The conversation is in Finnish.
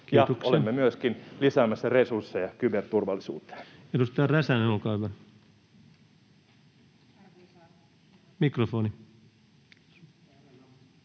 Olemme myöskin lisäämässä resursseja kyberturvallisuuteen.